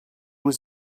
was